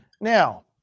Now